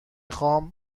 خوام